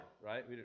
right